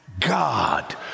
God